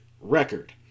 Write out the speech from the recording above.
record